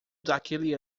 daquele